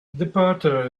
departure